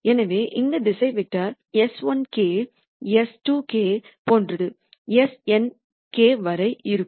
எனவே இந்த திசை வெக்டார் s1k s2 k போன்றது snk வரை இருக்கும்